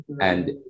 and-